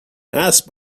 اسب